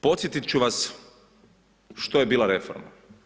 Podsjetit ću vas što je bila reforma.